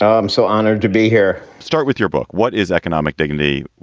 i'm so honored to be here. start with your book. what is economic dignity?